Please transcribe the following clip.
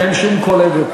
אין שום קולגות.